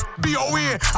B-O-N